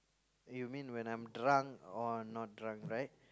you mean when I'm drunk or not drunk right